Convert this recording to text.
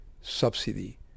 subsidy